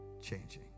changing